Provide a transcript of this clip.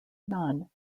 none